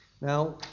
Now